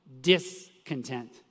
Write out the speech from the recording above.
discontent